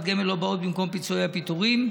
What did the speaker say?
גמל לא באות במקום פיצויי הפיטורים,